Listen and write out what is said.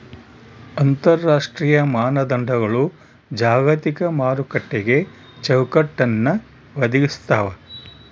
ಅಂತರರಾಷ್ಟ್ರೀಯ ಮಾನದಂಡಗಳು ಜಾಗತಿಕ ಮಾರುಕಟ್ಟೆಗೆ ಚೌಕಟ್ಟನ್ನ ಒದಗಿಸ್ತಾವ